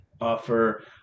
offer